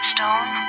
Stone